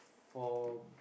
four